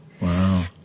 Wow